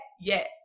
Yes